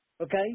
okay